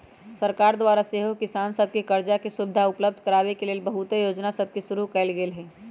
सरकार द्वारा सेहो किसान सभके करजा के सुभिधा उपलब्ध कराबे के लेल बहुते जोजना सभके शुरु कएल गेल हइ